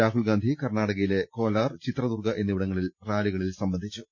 രാഹുൽഗാന്ധി കർണ്ണാടകയിലെ കോലാർ ചിത്രദുർഗ്ഗ എന്നിവിടങ്ങളിൽ റാലികളിൽ സംബന്ധി ച്ചു